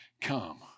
come